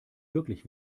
wirklich